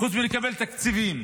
חוץ מלקבל תקציבים.